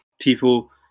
people